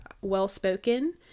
well-spoken